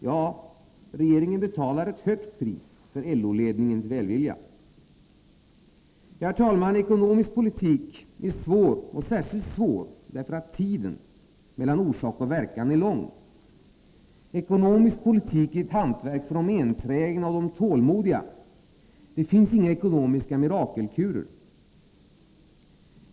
Ja, regeringen betalar ett högt pris för LO-ledningens välvilja. Herr talman! Ekonomisk politik är svår och särskilt svår därför att tiden mellan orsak och verkan är lång. Ekonomisk politik är ett hantverk för de enträgna och de tålmodiga. Det finns inga ekonomiska mirakelkurer.